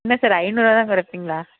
என்ன சார் ஐநூறுபா தான் கொறைப்பிங்களா